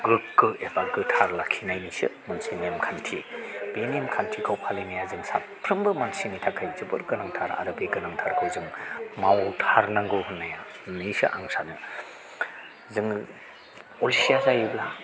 गोग्गो एबा गोथार लाखिनायनिसो मोनसे नेमखान्थि बे नेमखान्थिखौ फालिनाया जों साफ्रोमबो मानसिनि थाखाय जोबोद गोनांथार आरो बे गोनांथारखौ जों मावथारनांगौ होननानैसो आं सानो जोङो अलसिया जायोब्ला